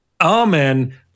Amen